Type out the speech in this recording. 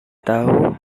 tahu